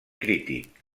crític